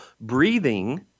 breathing